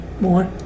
more